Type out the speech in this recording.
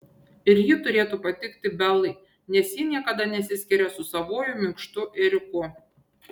ir ji turėtų patikti belai nes ji niekada nesiskiria su savuoju minkštu ėriuku